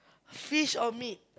fish or meat